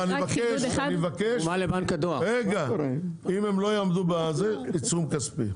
מבקש, אם הם לא יעמדו בזה עיצום כספי.